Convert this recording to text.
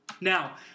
Now